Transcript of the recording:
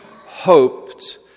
hoped